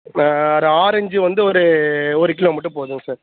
ஒரு ஆரஞ்சு வந்து ஒரு ஒரு கிலோ மட்டும் போதும்ங்க சார்